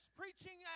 preaching